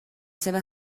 seva